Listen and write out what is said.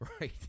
right